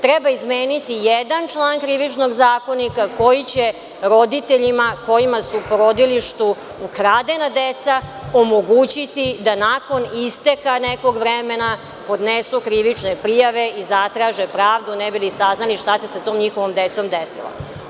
Treba izmeniti jedan član krivičnog zakonika koji će roditeljima kojima su u porodilištu ukradena deca, omogućiti da nakon isteka nekog vremena podnesukrivične prijave i zatraže pravdu ne bi li saznali šta se tom njihovom decom desilo.